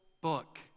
book